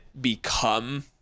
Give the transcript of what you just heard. become